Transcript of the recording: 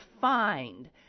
find